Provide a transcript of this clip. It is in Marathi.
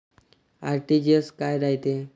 आर.टी.जी.एस काय रायते?